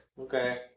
Okay